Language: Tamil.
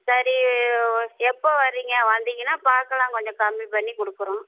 சரி எப்போ வரீங்க வந்தீங்கன்னால் பார்க்கலாம் கொஞ்சம் கம்மி பண்ணிக் கொடுக்கறோம்